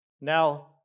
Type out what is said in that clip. Now